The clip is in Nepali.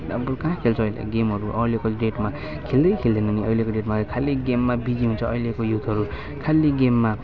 अब कहाँ खेल्छ अहिले गेमहरू अहिलेको डेटमा खेल्दै खेल्दैन नि अहिलेको डेटमा खालि गेममा बिजी हुन्छ अहिलेको युथहरू खालि गेममा